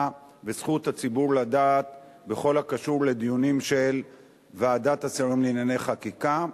וזכות הציבור לדעת בכל הקשור לדיונים של ועדת השרים לענייני חקיקה,